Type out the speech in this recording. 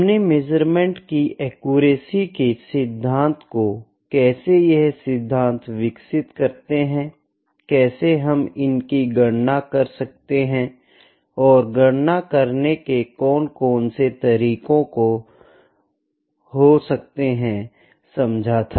हमने मेज़रमेंट की एक्यूरेसी के सिद्धांत को कैसे यह सिद्धांत विकसित करते है कैसे हम इनकी गणना कर सकते है और गणना करने के कौन कौन से तरीके हो सकते है समझा था